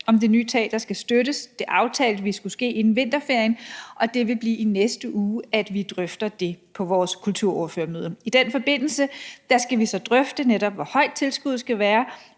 om det nye teater skal støttes. Det aftalte vi skulle ske inden vinterferien, og det vil blive i næste uge, vi drøfter det på vores kulturordførermøde. I den forbindelse skal vi så netop drøfte, hvor højt tilskuddet skal være,